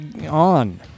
on